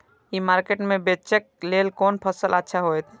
ई market में बेचेक लेल कोन फसल अच्छा होयत?